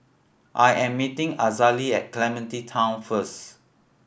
I am meeting Azalee at Clementi Town first